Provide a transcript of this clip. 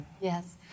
Yes